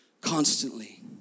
Constantly